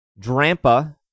Drampa